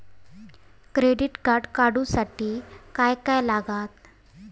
Credit card काढूसाठी काय काय लागत?